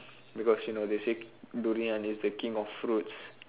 because you know they say durian is the King of fruits